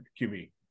QB